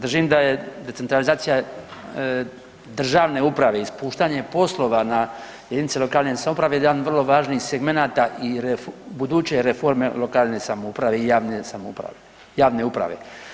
Držim da je decentralizacija državne uprave ispuštanje poslova na jedinice lokalne samouprave jedan vrlo važnih segmenata i buduće reforme lokalne samouprave i javne samouprave, javne uprave.